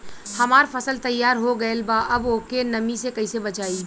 हमार फसल तैयार हो गएल बा अब ओके नमी से कइसे बचाई?